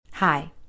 Hi